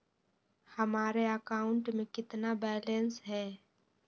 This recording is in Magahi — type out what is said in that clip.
हमारे अकाउंट में कितना बैलेंस है?